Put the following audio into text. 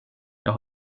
jag